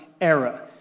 era